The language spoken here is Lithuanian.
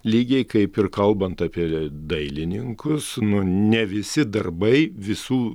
lygiai kaip ir kalbant apie dailininkus nu ne visi darbai visų